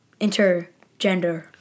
intergender